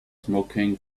smoking